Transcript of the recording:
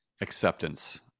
acceptance